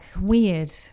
weird